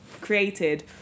created